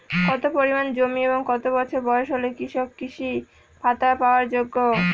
কত পরিমাণ জমি এবং কত বছর বয়স হলে কৃষক কৃষি ভাতা পাওয়ার যোগ্য?